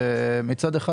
מצד אחד,